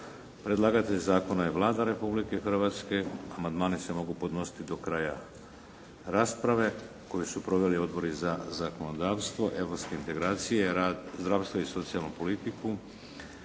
Predlagatelj zakona je Vlada Republike Hrvatske. Amandmani se mogu podnositi do kraja rasprave koju su proveli Odbori za zakonodavstvo, europske integracije, rad, zdravstvo i socijalnu politiku